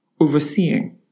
overseeing